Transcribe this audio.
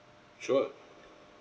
sure